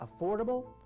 affordable